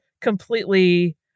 completely